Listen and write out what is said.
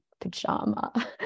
pajama